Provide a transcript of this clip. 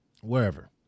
wherever